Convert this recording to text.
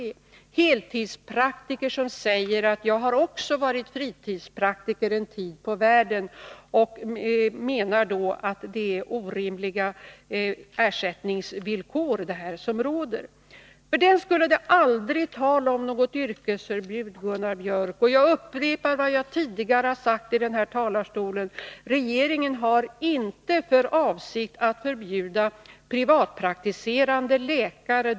Det finns heltidspraktiker som tidigare varit fritidspraktiker och som anser att det är orimliga ersättningsvillkor som gäller. För den skull är det aldrig tal om något yrkesförbud, Gunnar Biörck. Jag upprepar vad jag tidigare sagt i den här talarstolen: Regeringen har inte för avsikt att förbjuda privatpraktiserande läkare.